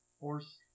horse